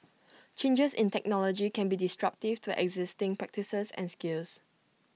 changes in technology can be disruptive to existing practices and skills